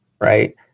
right